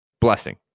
Blessing